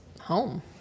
home